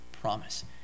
promise